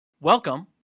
Welcome